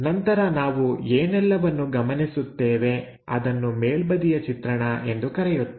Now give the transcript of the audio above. ನಂತರ ನಾವು ಏನೆಲ್ಲವನ್ನು ಗಮನಿಸುತ್ತೇವೆ ಅದನ್ನು ಮೇಲ್ಬದಿಯ ಚಿತ್ರಣ ಎಂದು ಕರೆಯುತ್ತೇವೆ